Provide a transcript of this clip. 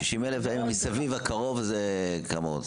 ומסביב הקרוב כמה עוד?